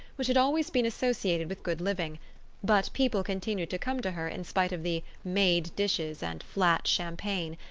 which had always been associated with good living but people continued to come to her in spite of the made dishes and flat champagne,